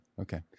okay